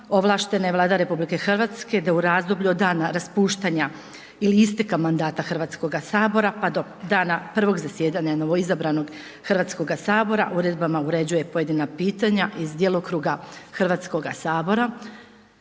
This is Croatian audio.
ovlaštene Vlada RH da u razdoblju od dana raspuštanja ili isteka mandata Hrvatskoga sabora pa do dana prvog zasjedanja novoizabranog Hrvatskoga sabora uredbama uređuje pojedina pitanja iz djelokruga Hrvatskoga sabora